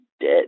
dead